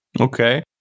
Okay